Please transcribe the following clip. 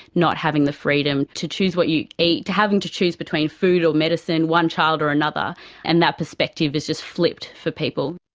not having the freedom to choose what you eat having to choose between food or medicine, one child or another and that perspective is just flipped for people.